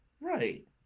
Right